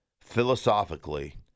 philosophically